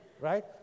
right